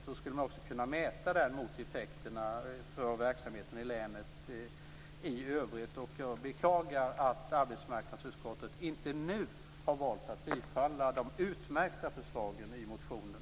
Då skulle det gå att mäta effekterna för verksamheten i länet i övrigt. Jag beklagar att arbetsmarknadsutskottet inte nu har valt att tillstyrka de utmärkta förslagen i motionen.